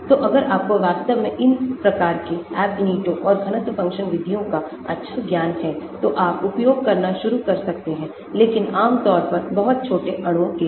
तो अगर आपको वास्तव में इन प्रकार के Ab initioऔर घनत्व फ़ंक्शन विधियों का अच्छा ज्ञानहै तो आप उपयोग करना शुरू कर सकते हैं लेकिन आम तौर पर बहुत छोटे अणुओं के लिए